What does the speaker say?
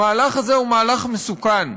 המהלך הזה הוא מהלך מסוכן,